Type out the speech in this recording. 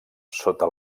sota